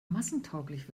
massentauglich